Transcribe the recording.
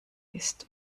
ist